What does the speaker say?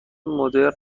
مدرن